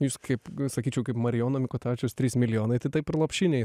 jūs kaip sakyčiau kaip marijono mikutavičiaus trys milijonai tai taip ir lopšinėj